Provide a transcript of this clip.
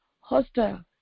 hostile